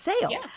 sale